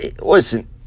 Listen